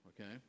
okay